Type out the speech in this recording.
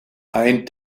ein